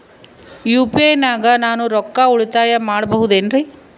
UPI ನಾಗ ನಾನು ರೊಕ್ಕ ಉಳಿತಾಯ ಮಾಡಬಹುದೇನ್ರಿ?